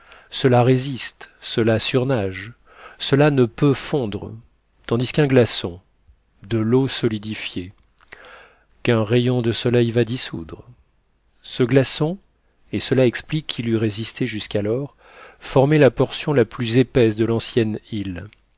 cela résiste cela surnage cela ne peut fondre tandis qu'un glaçon de l'eau solidifiée qu'un rayon de soleil va dissoudre ce glaçon et cela explique qu'il eût résisté jusqu'alors formait la portion la plus épaisse de l'ancienne île